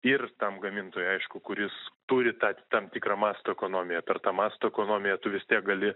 ir tam gamintojui aišku kuris turi tą tam tikrą masto ekonomiją per tą masto ekonomiją tu vis tiek gali